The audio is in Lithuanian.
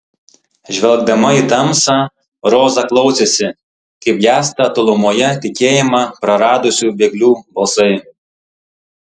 žvelgdama į tamsą roza klausėsi kaip gęsta tolumoje tikėjimą praradusių bėglių balsai